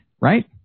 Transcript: right